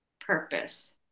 purpose